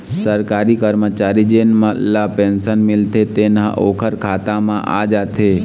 सरकारी करमचारी जेन ल पेंसन मिलथे तेनो ह ओखर खाता म आ जाथे